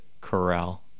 corral